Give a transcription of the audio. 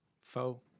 Faux